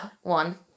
one